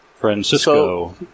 Francisco